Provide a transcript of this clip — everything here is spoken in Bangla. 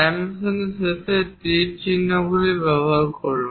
ডাইমেনশনর শেষে তীরচিহ্নগুলি ব্যবহার করুন